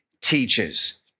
teaches